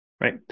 Right